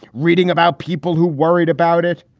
reading about people who worried about it.